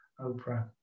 Oprah